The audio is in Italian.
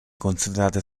considerate